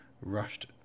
rushed